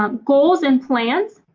um goals and plans.